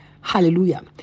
Hallelujah